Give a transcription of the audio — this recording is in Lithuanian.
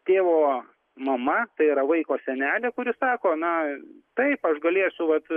tėvo mama tai yra vaiko senelė kuri sako na taip aš galėsiu vat